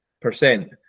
percent